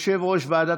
בעד,